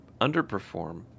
underperform